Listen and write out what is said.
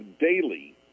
daily